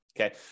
okay